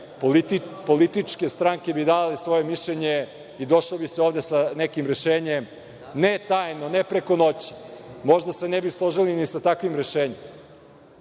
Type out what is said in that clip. političke stranke bi dale svoje mišljenje i došlo bi se ovde sa nekim rešenjem, ne tajno, ne preko noći. Možda se ne bi složili ni sa takvim rešenjem,